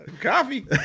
Coffee